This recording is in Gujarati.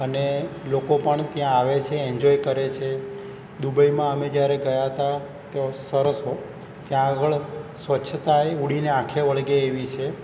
અને લોકો પણ ત્યાં આવે છે એન્જોય કરે છે દુબઈમાં અમે જ્યારે ગયા તા તો સરસ ત્યાં આગળ સ્વચ્છતાએ ઉડીને આંખે વળગે એવી છે